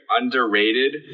underrated